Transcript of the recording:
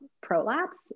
prolapse